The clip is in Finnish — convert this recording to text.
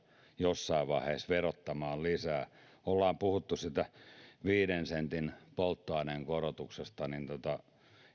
jossain vaiheessa verottamaan lisää kun ollaan puhuttu siitä polttoaineen viiden sentin korotuksesta niin